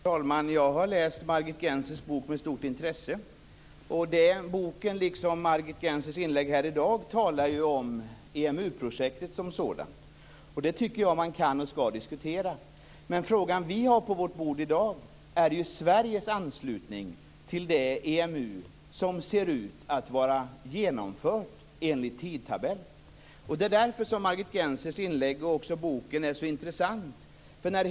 Herr talman! Jag har läst Margit Gennsers bok med stort intresse. Boken liksom Margit Gennsers inlägg i dag berör EMU-projektet som sådant. Det kan och skall man diskutera. Men frågan som vi har på vårt bord i dag är ju Sveriges anslutning till det EMU som ser ut att vara genomfört enligt tidtabell. Det är därför som Margit Gennsers inlägg och boken är så intressanta.